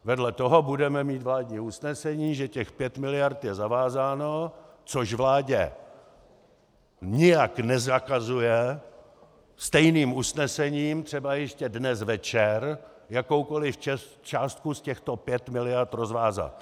Vedle toho budeme mít vládní usnesení, že těch pět miliard je zavázáno, což vládě nijak nezakazuje stejným usnesením třeba ještě dnes večer jakoukoliv částku z těchto pěti miliard rozvázat.